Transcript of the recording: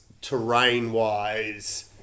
terrain-wise